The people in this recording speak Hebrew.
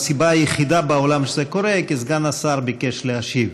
הסיבה היחידה בעולם שזה קורה היא שסגן השר ביקש להשיב.